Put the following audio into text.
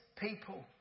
people